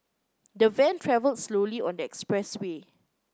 the van travelled slowly on the express way